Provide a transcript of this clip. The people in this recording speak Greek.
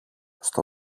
στο